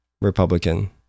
Republican